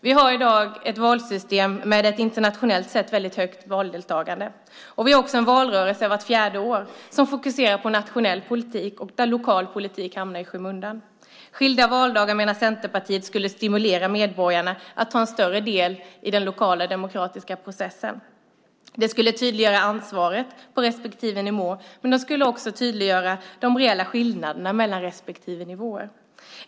Vi har i dag ett valsystem med ett internationellt sett väldigt högt valdeltagande. Vi har en valrörelse vart fjärde år som fokuserar på nationell politik. Lokal politik hamnar i skymundan. Centerpartiet menar att skilda valdagar skulle stimulera medborgarna att ta en större del i den lokala demokratiska processen. Det skulle tydliggöra ansvaret på respektive nivå och det skulle tydliggöra de reella skillnaderna mellan respektive nivåer.